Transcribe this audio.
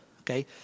Okay